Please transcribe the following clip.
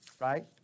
right